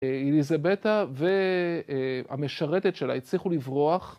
אליזבטה והמשרתת שלה הצליחו לברוח